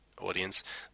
audience